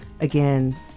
again